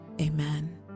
amen